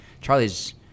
Charlie's